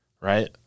right